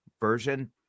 version